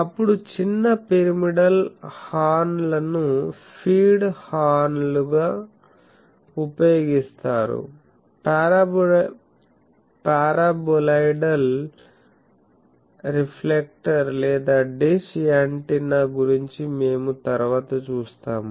అప్పుడు చిన్న pyramidal horn లను ఫీడ్ హార్న్ లుగా ఉపయోగిస్తారు పారాబొలోయిడల్ రిఫ్లెక్టర్ లేదా డిష్ యాంటెన్నా గురించి మేము తరువాత చూస్తాము